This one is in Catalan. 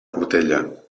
portella